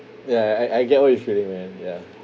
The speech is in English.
ya ya I I get what you feeling man ya